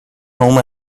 home